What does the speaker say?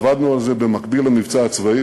עבדנו על זה במקביל למבצע הצבאי,